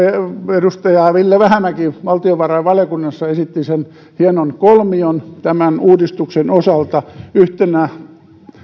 edustaja ville vähämäki valtiovarainvaliokunnassa esitti hienon kolmion tämän uudistuksen osalta yhtenä